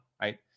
Right